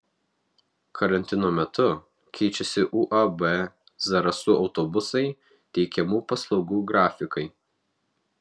karantino metu keičiasi uab zarasų autobusai teikiamų paslaugų grafikai